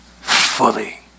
Fully